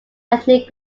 ethnic